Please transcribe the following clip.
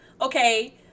okay